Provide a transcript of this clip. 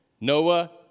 Noah